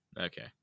okay